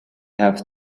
have